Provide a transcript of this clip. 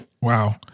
Wow